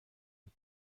بود